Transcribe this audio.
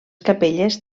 capelles